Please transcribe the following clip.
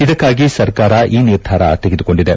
ಇದಕ್ಕಾಗಿ ಸರ್ಕಾರ ಈ ನಿರ್ಧಾರ ತೆಗೆದುಕೊಂಡಿದೆ